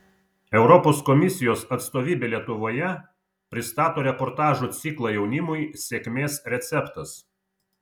europos komisijos atstovybė lietuvoje pristato reportažų ciklą jaunimui sėkmės receptas